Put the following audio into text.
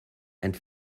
and